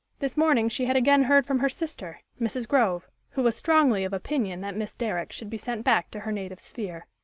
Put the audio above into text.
this morning she had again heard from her sister, mrs. grove, who was strongly of opinion that miss derrick should be sent back to her native sphere.